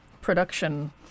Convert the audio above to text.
production